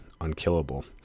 unkillable